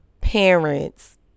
parents